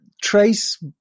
Trace